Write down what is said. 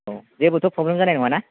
औ जेबो थ' प्रब्लेम जानाय नंङा ना